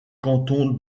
canton